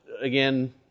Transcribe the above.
again